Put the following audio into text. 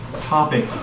topic